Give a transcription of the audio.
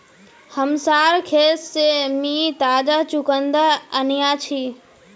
हमसार खेत से मी ताजा चुकंदर अन्याछि